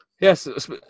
Yes